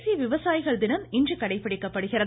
தேசிய விவசாயிகள் தினம் இன்று கடைபிடிக்கப்படுகிறது